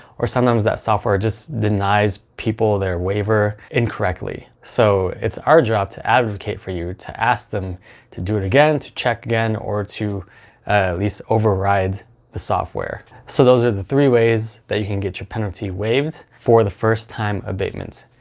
or sometimes that software just denies people their waiver incorrectly. so it's our job to advocate for you. to ask them to do it again, to check again, or to at least override the software. so those are the three ways that you can get your penalty waived for the first time abatement.